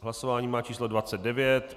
Hlasování má číslo 29.